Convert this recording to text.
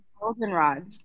Goldenrod